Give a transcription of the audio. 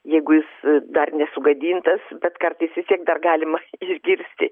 jeigu jis dar nesugadintas bet kartais vis tiek dar galima išgirsti